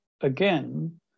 again